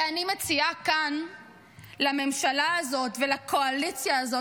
ואני מציעה כאן לממשלה הזאת ולקואליציה הזאת